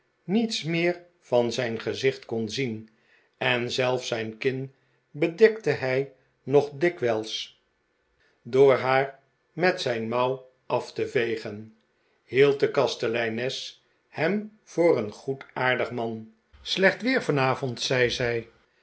niets meer van zijn gezicht kon zien en zelfs zijn kin bedekte hij nog dikwijls door haar met zijn mouw af te vegen hield de kasteleines hem voor een goedaardig man slecht weer vanavond zei